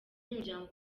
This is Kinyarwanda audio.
y’umuryango